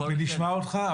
ונשמע אותך.